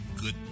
good